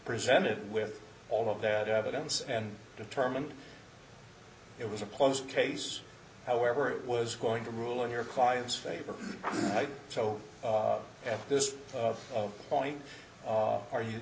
presented with all of that evidence and determine it was a post case however it was going to rule in your client's favor so at this point are you